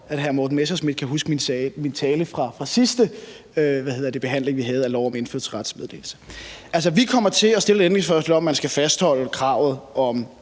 at hr. Morten Messerschmidt kan huske min tale fra den sidste behandling, vi havde, af forslag til lov om indfødsrets meddelelse. Altså, vi kommer til at stille et ændringsforslag om, at man skal fastholde kravet om